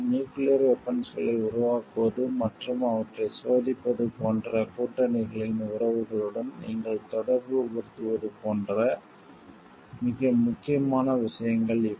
nuclear வெபன்ஸ்களை உருவாக்குவது மற்றும் அவற்றை சோதிப்பது போன்ற கூட்டணிகளின் உறவுகளுடன் நீங்கள் தொடர்புபடுத்துவது போன்ற மிக முக்கியமான விஷயங்கள் இவை